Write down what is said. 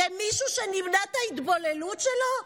למישהו שנמנע את ההתבוללות שלו?